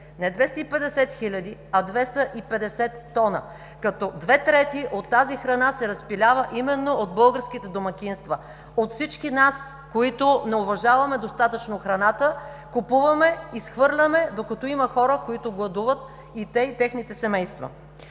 Не 250 000, а 250 тона, като две трети от тази храна се разпилява именно от българските домакинства, от всички нас, които не уважаваме достатъчно храната, купуваме, изхвърляме, докато има хора, които гладуват – и те, и техните семейства.